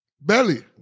Belly